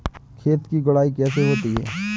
खेत की गुड़ाई कैसे होती हैं?